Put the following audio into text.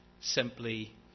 simply